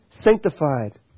sanctified